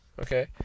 Okay